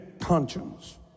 conscience